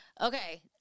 Okay